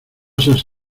seas